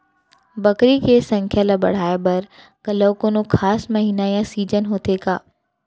बकरी के संख्या ला बढ़ाए बर घलव कोनो खास महीना या सीजन होथे का?